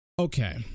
Okay